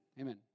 Amen